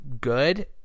good